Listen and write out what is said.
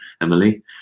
Emily